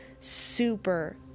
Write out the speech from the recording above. super